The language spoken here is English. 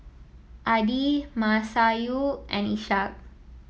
Adi Masayu and Ishak